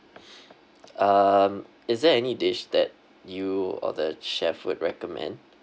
um is there any dish that you or the chef would recommend